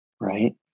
right